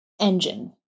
engine